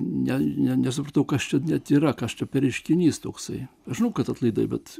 ne ne nesupratau kas čia net yra kas čia per reiškinys toksai žinau kad atlaidai bet